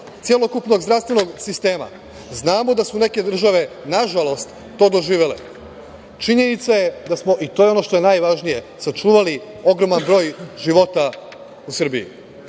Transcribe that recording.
celokupnog zdravstvenog sistema. Znamo da su neke države nažalost to doživele. Činjenica je da smo, i to je ono što je najvažnije, sačuvali ogroman broj života u Srbiji.